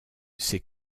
ses